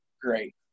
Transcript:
great